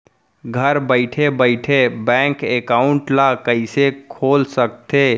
घर बइठे बइठे बैंक एकाउंट ल कइसे खोल सकथे?